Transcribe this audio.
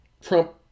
Trump